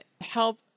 help